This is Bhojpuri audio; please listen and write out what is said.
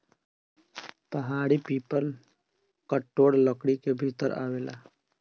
पहाड़ी पीपल कठोर लकड़ी के भीतर आवेला